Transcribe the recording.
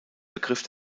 begriff